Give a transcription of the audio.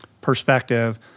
perspective